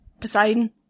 Poseidon